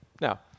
Now